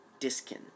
Diskin